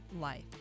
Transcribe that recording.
life